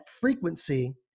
frequency